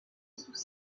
sous